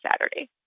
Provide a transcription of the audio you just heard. Saturday